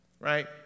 Right